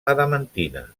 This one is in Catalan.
adamantina